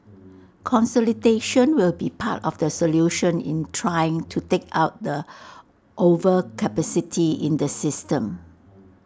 consolidation will be part of the solution in trying to take out the overcapacity in the system